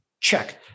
check